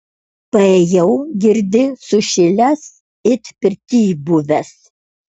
paėjau girdi sušilęs it pirtyj buvęs